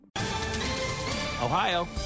Ohio